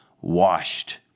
washed